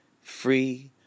free